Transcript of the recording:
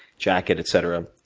jacket, etc,